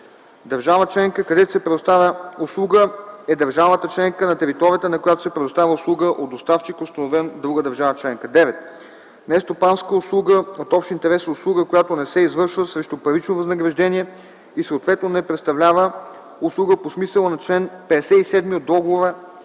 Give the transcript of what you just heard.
„Държава членка, където се предоставя услуга” е държавата членка, на територията на която се предоставя услуга от доставчик, установен в друга държава членка. 9. „Нестопанска услуга от общ интерес” е услуга, която не се извършва срещу парично възнаграждение и съответно не представлява услуга по смисъла на чл. 57 от Договора